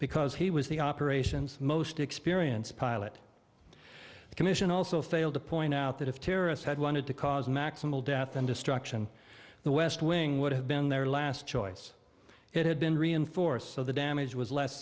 because he was the operations most experienced pilot the commission also failed to point out that if terrorists had wanted to cause maximal death and destruction the west wing would have been their last choice it had been reinforced so the damage was less